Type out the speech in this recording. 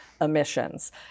emissions